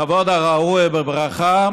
בכבוד הראוי ובברכה,